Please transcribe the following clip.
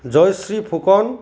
Jayashree Phukan